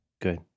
good